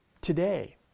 today